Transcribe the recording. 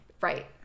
Right